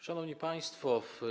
Szanowni Państwo!